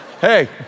Hey